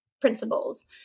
principles